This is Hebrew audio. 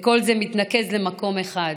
וכל זה מתנקז למקום אחד,